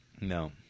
No